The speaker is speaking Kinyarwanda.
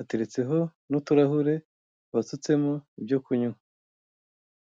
Ateretseho n'uturahure basitsemo ibyo kunywa.